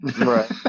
Right